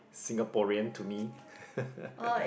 Singaporean to me